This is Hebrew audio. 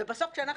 ובסוף,